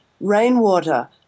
rainwater